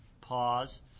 pause